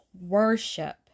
worship